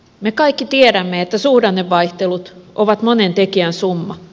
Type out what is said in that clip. me kaikki tiedämme että suhdannevaihtelut ovat monen tekijän summa